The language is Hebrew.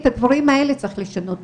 את הדברים האלה צריך לשנות,